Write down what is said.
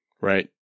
Right